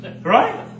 Right